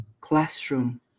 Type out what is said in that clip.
classroom